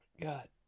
God